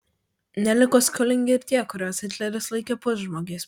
neliko skolingi ir tie kuriuos hitleris laikė pusžmogiais